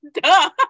duh